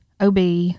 OB